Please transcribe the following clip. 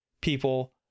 people